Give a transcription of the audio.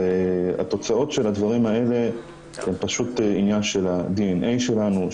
התוצאות של הדברים האלה הם פשוט עניין של הדי.אן.איי שלנו,